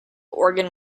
oregon